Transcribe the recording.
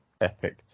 epic